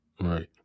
Right